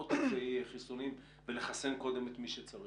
אלפי חיסונים ולחסן קודם את מי שצריך.